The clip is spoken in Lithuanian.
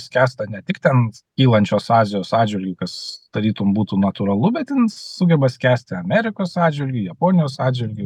skęsta ne tik ten kylančios azijos atžvilgiu kas tarytum būtų natūralu bet sugeba skęsti amerikos atžvilgiu japonijos atžvilgiu